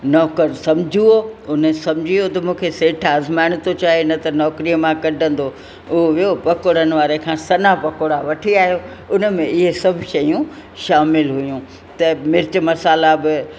नौकर समझू उहोप उन समझी वियो त मूंखे सेठु आज़माइण थो चाहे न त नौकरीअ मां कढंदो उहो वियो पकौड़नि वारे खां सन्हा पकोड़ा वठी आहियो उन में इहे सभु शयूं शामिल हुयूं त मिर्च मसाला बि